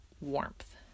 warmth